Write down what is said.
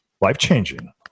life-changing